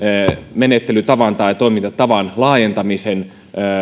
menettelytavan tai toimintatavan laajentamisen